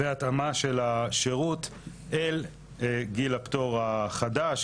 והתאמה של השירות אל גיל הפטור החדש,